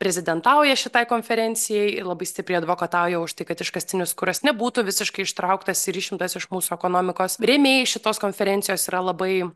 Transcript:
prezidentauja šitai konferencijai ir labai stipriai advokatauja už tai kad iškastinis kuras nebūtų visiškai ištrauktas ir išimtas iš mūsų ekonomikos rėmėjai šitos konferencijos yra labai